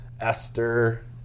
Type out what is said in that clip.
Esther